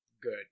good